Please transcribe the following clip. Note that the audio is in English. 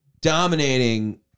dominating